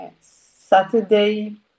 Saturday